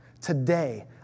Today